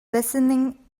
listening